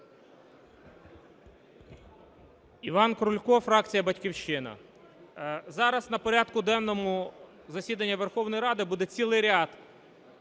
Іван Крулько, фракція "Батьківщина". Зараз на порядку денному засідання Верховної Ради буде цілий ряд